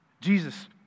Jesus